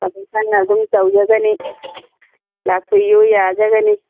commission ꯑꯗꯨꯝ ꯇꯧꯖꯒꯅꯤ ꯂꯥꯛꯄꯤꯌꯨ ꯌꯥꯖꯒꯅꯤ